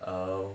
um